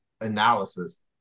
analysis